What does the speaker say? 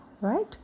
right